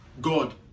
God